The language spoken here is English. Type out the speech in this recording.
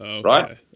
Right